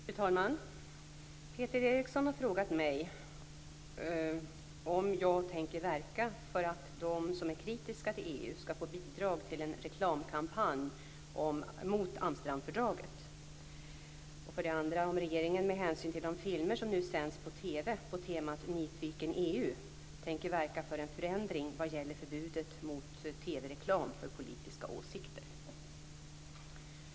Fru talman! Peter Eriksson har frågat mig om 1. jag tänker verka för att de som är kritiska till EU skall få bidrag till en reklamkampanj mot Amsterdamfördraget 2. regeringen med hänsyn till de filmer som nu sänds i TV på temat "Nyfiken EU" tänker verka för en förändring vad gäller förbudet mot TV-reklam för politiska åsikter.